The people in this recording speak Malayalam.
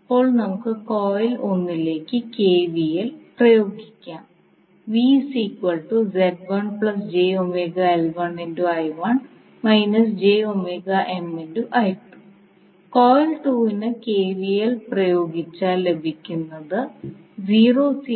ഇപ്പോൾ നമുക്ക് കോയിൽ 1 ലേക്ക് കെവിഎൽ പ്രയോഗിക്കാം കോയിൽ 2 ന് കെവിഎൽ പ്രയോഗിച്ചാൽ ലഭിക്കുന്നത് നമുക്ക്